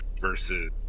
versus